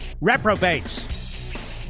Reprobates